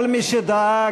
כל מי שדאג,